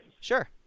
Sure